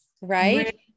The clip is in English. Right